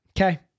Okay